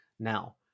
Now